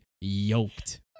yoked